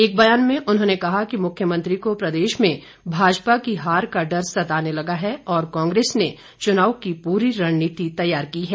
एक बयान में उन्होंने कहा कि मुख्यमंत्री को प्रदेश में भाजपा की हार का डर सताने लगा है और कांग्रेस ने चुनाव की पूरी रणनीति तैयार की है